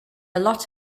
lot